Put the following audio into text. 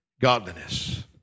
godliness